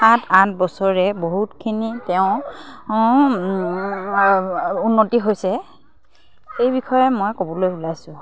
সাত আঠ বছৰে বহুতখিনি তেওঁ উন্নতি হৈছে সেই বিষয়ে মই ক'বলৈ ওলাইছোঁ